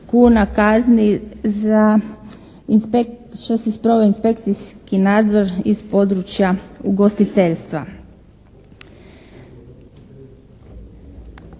se./ … inspekcijski nadzor iz područja ugostiteljstva.